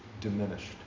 diminished